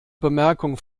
bemerkung